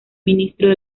ministros